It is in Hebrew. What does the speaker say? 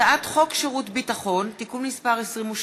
הצעת חוק שירות ביטחון (תיקון מס' 22)